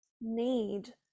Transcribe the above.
need